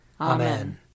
Amen